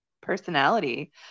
personality